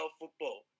football